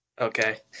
Okay